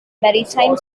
maritime